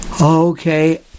Okay